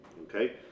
okay